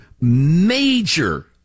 major